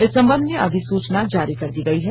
इस संबंध में अधिसूचना जारी कर दी गयी है